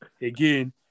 again